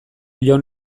jaun